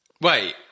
Wait